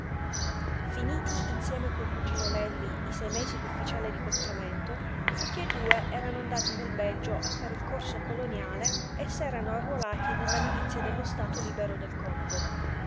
finiti insieme col cugino lelli i sei mesi d'ufficiale di complemento tutti e due erano andati nel belgio a fare il corso coloniale e s'erano arruolati nella milizia dello stato libero del congo